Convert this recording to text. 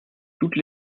toutes